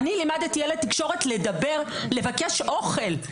לימדתי ילד תקשורת לדבר ולבקש אוכל.